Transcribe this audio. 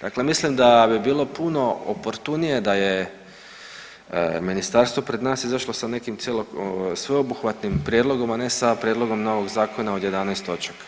Dakle mislim da bi bilo puno oportunije da je ministarstvo pred nas izašlo sa nekim sveobuhvatnim prijedlogom, a ne sa prijedlogom novog zakona od 11 točaka